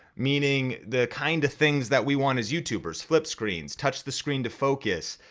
meaning the kind of things that we want as youtubers flip screens, touch the screen to focus,